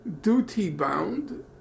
duty-bound